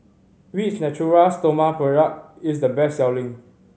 which Natura Stoma product is the best selling